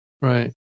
Right